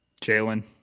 Jalen